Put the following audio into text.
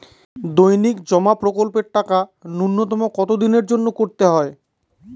দৈনিক জমা প্রকল্পের টাকা নূন্যতম কত দিনের জন্য করতে হয়?